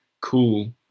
cool